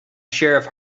sheriff